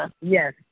Yes